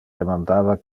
demandava